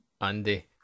Andy